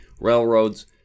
railroads